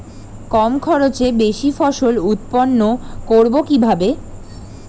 কম খরচে বেশি ফসল উৎপন্ন করব কিভাবে?